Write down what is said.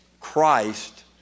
Christ